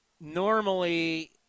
normally